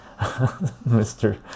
mr